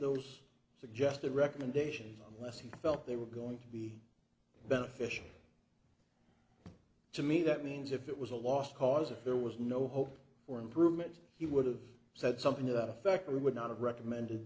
those suggest the recommendations are less he felt they were going to be beneficial to me that means if it was a lost cause if there was no hope for improvement he would have said something to that effect we would not have recommended